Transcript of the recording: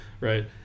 right